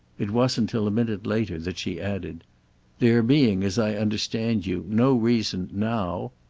it wasn't till a minute later that she added there being, as i understand you, no reason now!